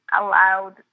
allowed